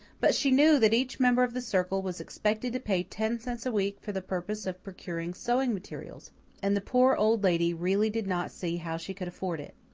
but she knew that each member of the circle was expected to pay ten cents a week for the purpose of procuring sewing materials and the poor old lady really did not see how she could afford it.